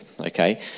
Okay